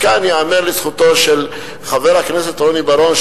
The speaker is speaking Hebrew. כאן ייאמר לזכותו של חבר הכנסת רוני בר-און,